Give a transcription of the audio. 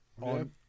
on